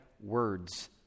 words